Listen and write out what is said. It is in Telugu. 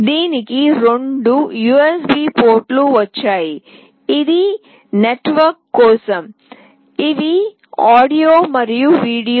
దీనికి రెండు యుఎస్బి పోర్ట్లు వచ్చాయి ఇది నెట్వర్క్ కోసం ఇవి ఆడియో మరియు వీడియో